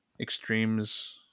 extremes